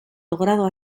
logrado